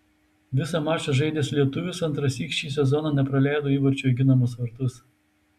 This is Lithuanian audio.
visą mačą žaidęs lietuvis antrąsyk šį sezoną nepraleido įvarčio į ginamus vartus